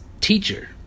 teacher